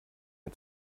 mir